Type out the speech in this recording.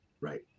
Right